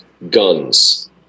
Guns